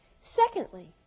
Secondly